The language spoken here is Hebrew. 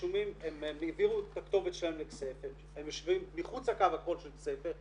הם העבירו את הכתובת שלהם לכסייפה והם יושבים מחוץ לקו הגבול של כסייפה.